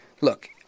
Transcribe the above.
Look